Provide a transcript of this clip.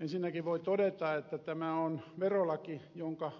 ensinnäkin voi todeta että tämä on verolaki jonka